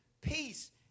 peace